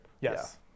Yes